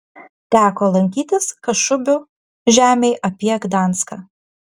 teko lankytis kašubių žemėj apie gdanską